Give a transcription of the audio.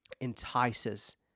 entices